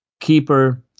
keeper